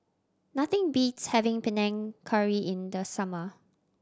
nothing beats having Panang Curry in the summer